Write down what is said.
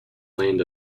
land